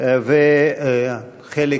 הצעות לסדר-היום מס' 4634, 4636, 4637 ו-4638.